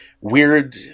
weird